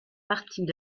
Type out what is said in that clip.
partie